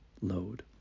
load